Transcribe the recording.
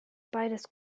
beides